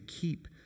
keep